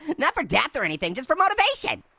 not for death or anything, just for motivation.